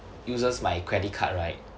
uses my credit card right